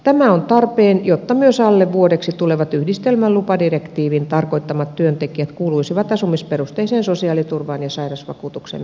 tämä on tarpeen jotta myös alle vuodeksi tulevat yhdistelmälupadirektiivin tarkoittamat työntekijät kuuluisivat asumisperusteiseen sosiaaliturvaan ja sairausvakuutuksen piiriin